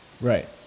right